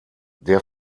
der